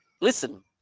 Listen